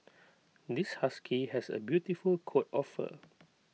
this husky has A beautiful coat of fur